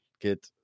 get